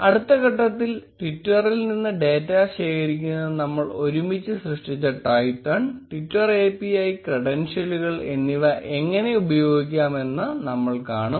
അടുത്ത ഘട്ടത്തിൽ ട്വിറ്ററിൽ നിന്ന് ഡാറ്റ ശേഖരിക്കുന്നതിന് നമ്മൾ ഒരുമിച്ച് സൃഷ്ടിച്ച Twython ട്വിറ്റർ API ക്രെഡൻഷ്യലുകൾ എന്നിവ എങ്ങനെ ഉപയോഗിക്കാം എന്ന് നമ്മൾ കാണും